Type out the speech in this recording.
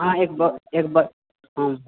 हँ एक बग एक बग हँ